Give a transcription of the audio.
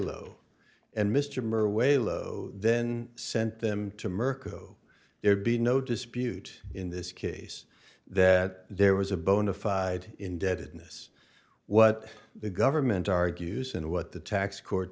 low and mr murray way low then sent them to mirco there be no dispute in this case that there was a bona fide indebtedness what the government argues and what the tax court